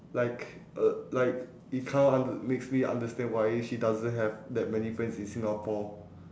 like uh like it kind of makes me understand why she doesn't have that many friends in singapore